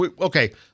Okay